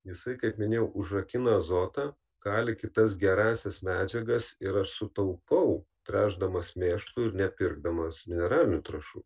jisai kaip minėjau užrakina azotą kalį kitas gerąsias medžiagas ir aš sutaupau tręšdamas mėšlu ir nepirkdamas mineralinių trąšų